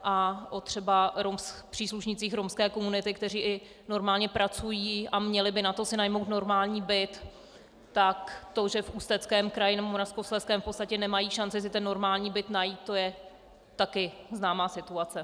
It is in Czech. A třeba o příslušnících romské komunity, kteří i normálně pracují a měli by na to si najmout normální byt, tak to, že v Ústeckém kraji nebo Moravskoslezském v podstatě nemají šanci si ten normální byt najít, to je taky známá situace.